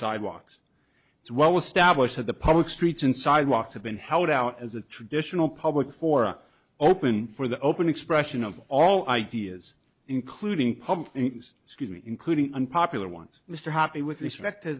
sidewalks it's well established that the public streets and sidewalks have been held out as a traditional public fora open for the open expression of all ideas including public interest excuse me including unpopular ones mr happy with respect to